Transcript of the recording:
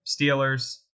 Steelers